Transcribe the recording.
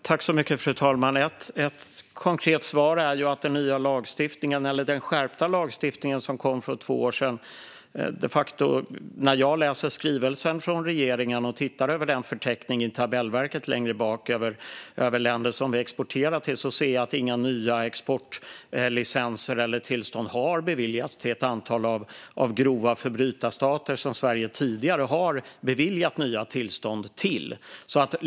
Fru talman! Ett konkret svar är att det kom skärpt lagstiftning för två år sedan, och när jag läser skrivelsen från regeringen och tittar på förteckningen i tabellverket längre bak över länder som vi exporterar till ser jag att inga nya exportlicenser eller tillstånd har beviljats till ett antal grova förbrytarstater som Sverige tidigare har beviljat nya tillstånd till.